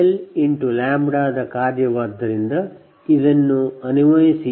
PL λದ ಕಾರ್ಯವಾದ್ದರಿಂದ ಇದನ್ನು ಅನ್ವಯಿಸಿ